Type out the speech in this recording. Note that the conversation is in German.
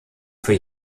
für